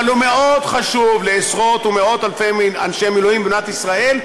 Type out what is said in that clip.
אבל הוא מאוד חשוב לעשרות-אלפי ומאות-אלפי אנשי מילואים במדינת ישראל,